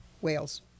Wales